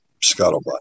Scuttlebutt